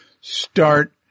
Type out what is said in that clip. start